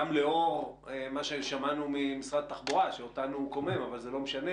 גם לאור מה ששמענו ממשרד התחבורה שאותנו זה קומם אבל זה לא משנה